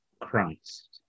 Christ